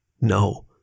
No